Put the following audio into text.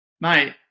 mate